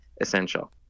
essential